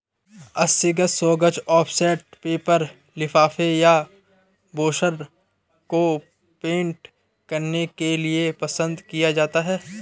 अस्सी ग्राम, सौ gram offset paper लिफाफे या ब्रोशर को प्रिंट करने के लिए पसंद किया जाता है